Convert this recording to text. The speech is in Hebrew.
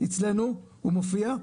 אצלנו הוא מופיע,